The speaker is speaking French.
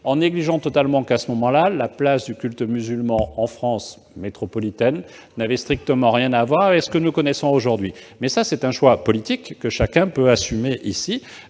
une négligence absolue du fait que la place du culte musulman en France métropolitaine n'avait alors strictement rien à voir avec celle que nous connaissons aujourd'hui. Reste que c'est un choix politique que chacun peut assumer ici